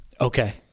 Okay